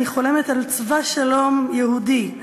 אני חולמת על צבא שלום יהודי,